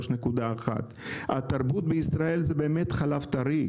3.1. התרבות בישראל זה באמת חלב טרי,